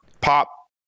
pop